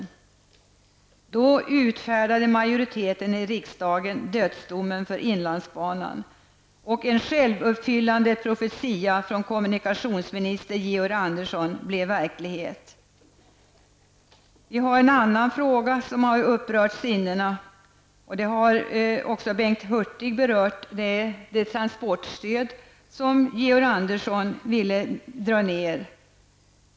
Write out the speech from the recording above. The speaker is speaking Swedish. I ett sådant läge utfärdade majoriteten i riksdagen dödsdomen för inlandsbanan, och en självuppfyllande profetia från kommunikationsminister Georg Andersson blev verklighet. En annan fråga som har upprört sinnena, vilket också Bengt Hurtig varit inne på, är det transportstöd som Georg Andersson ville dra ned.